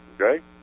okay